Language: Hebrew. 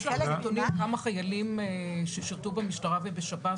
יש נתונים כמה חיילים ששירתו במשטרה ובשב"ס